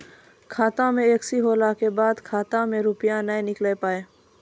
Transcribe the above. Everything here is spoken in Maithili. खाता मे एकशी होला के बाद खाता से रुपिया ने निकल पाए?